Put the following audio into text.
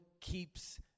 keeps